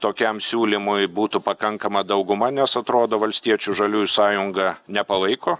tokiam siūlymui būtų pakankama dauguma nes atrodo valstiečių žaliųjų sąjunga nepalaiko